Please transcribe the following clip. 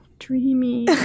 dreamy